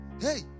hey